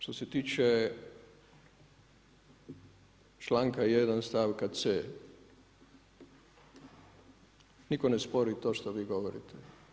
Što se tiče članka 1. stavka C, nitko ne spori to što vi govorite.